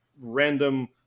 random